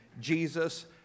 Jesus